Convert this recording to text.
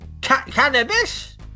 Cannabis